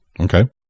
okay